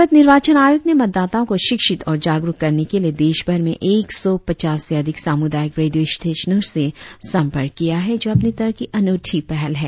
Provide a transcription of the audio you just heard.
भारत निर्वाचन आयोग ने मतदाताओं को शिक्षित और जागरुक करने के लिए देशभर में एक सौ पचास से अधिक सामुदायिक रेडियों स्टेशनों से संपर्क किया है जो अपनी तरह की अनूठी पहल है